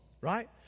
right